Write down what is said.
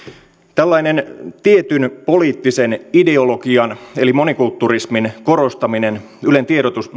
tällainen tietyn poliittisen ideologian eli monikulturismin korostaminen ylen